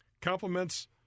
Compliments